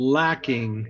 lacking